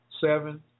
seven